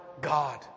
God